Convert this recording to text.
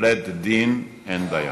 ובלית דין אין דיין.